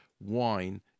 wine